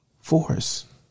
Force